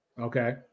Okay